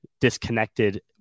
disconnected